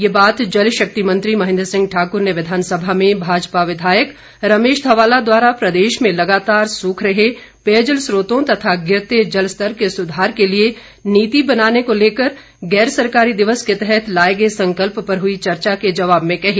यह बात जल शक्ति मंत्री महेंद्र सिंह ठाकुर ने विधानसभा में भाजपा विधायक रमेश धवाला द्वारा प्रदेश में लगातार सूख रहे पेयजल स्त्रोतों तथा गिरते जल स्तर के सुधार के लिए नीति बनाने को लेकर गैर सरकारी दिवस के तहत लाए संकल्प पर हुई चर्चा के जवाब में कही